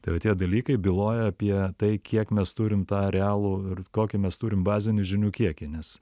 tai va tie dalykai byloja apie tai kiek mes turim tą realų ir kokį mes turim bazinių žinių kiekį nes